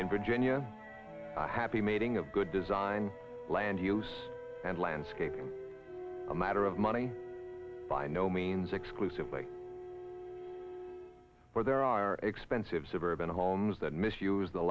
in virginia happy meeting of good design and landscape a matter of money by no means exclusively where there are expensive suburban homes that misuse the